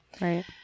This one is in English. Right